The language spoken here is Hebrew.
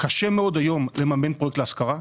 הריביות עלו כך שקשה מאוד היום לממן פרויקט להשכרה.